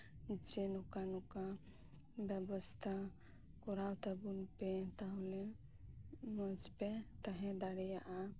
ᱡᱮ ᱱᱚᱝᱠᱟ ᱱᱚᱝᱠᱟ ᱵᱮᱵᱚᱥᱛᱷᱟ ᱠᱚᱨᱟᱣ ᱛᱟᱵᱚᱱ ᱯᱮ ᱛᱟᱦᱞᱮ ᱢᱚᱸᱡᱯᱮ ᱛᱟᱸᱦᱮ ᱫᱟᱲᱮᱭᱟᱜᱼᱟ